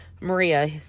maria